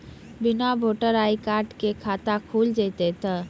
बिना voter ID card के खाता खुल जैते तो?